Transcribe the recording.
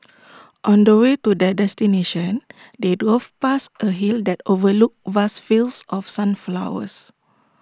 on the way to their destination they drove past A hill that overlooked vast fields of sunflowers